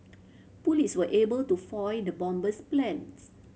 police were able to foil the bomber's plans